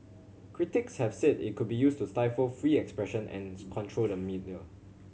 critics have said it could be used to stifle free expression and control the media